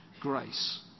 grace